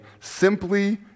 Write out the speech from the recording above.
simply